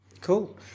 cool